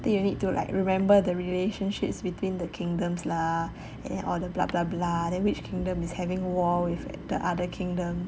then you need to like remember the relationships between the kingdoms lah and order blah blah blah then which kingdom is having war with the other kingdom